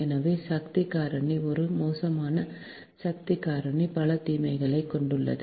எனவே சக்தி காரணி ஒரு மோசமான சக்தி காரணி பல தீமைகளைக் கொண்டுள்ளது